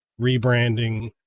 rebranding